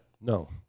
no